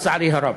לצערי הרב.